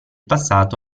passato